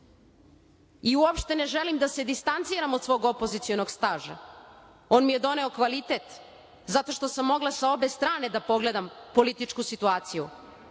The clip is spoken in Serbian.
državu. Uopšte ne želim da se distanciram od svog opozicionog staža, on mi je doneo kvalitet, zato što sam mogla sa obe strane da pogledam političku situaciju,